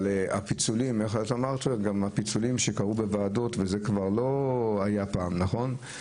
גם הפיצולים שקרו בוועדות לא היו פעם, נכון?